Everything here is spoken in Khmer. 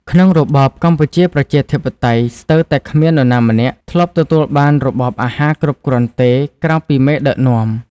ក្នុងរបបកម្ពុជាប្រជាធិបតេយ្យ ស្ទើរតែគ្មាននរណាម្នាក់ ធ្លាប់ទទួលបានរបបអាហារគ្រប់គ្រាន់ទេ ក្រៅពីមេដឹកនាំ។